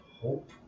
hope